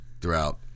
throughout